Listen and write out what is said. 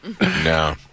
No